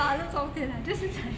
不是马路中间啦就是在